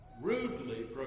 rudely